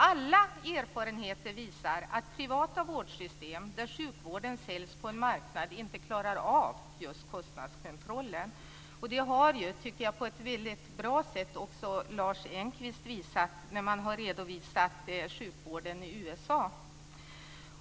Alla erfarenheter visar att privata vårdsystem där sjukvården säljs på en marknad inte klarar av just kostnadskontrollen. Jag tycker att Lars Engqvist har visat det på ett väldigt bra sätt när han redovisade hur sjukvården ser ut i USA.